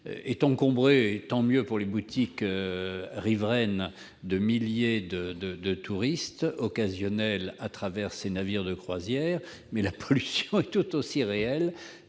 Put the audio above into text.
est encombré- tant mieux pour les boutiques riveraines -de milliers de touristes occasionnels descendus de ces navires de croisière. La pollution est tout aussi réelle